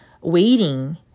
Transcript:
waiting